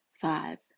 Five